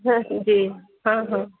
हँ जी हँ हँ